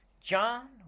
john